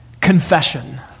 confession